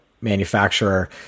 manufacturer